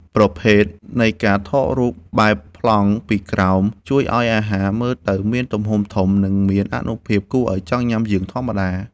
ប្រភេទនៃការថតរូបបែបប្លង់ពីក្រោម ជួយឱ្យអាហារមើលទៅមានទំហំធំ និងមានអានុភាពគួរឱ្យចង់ញ៉ាំជាងធម្មតា។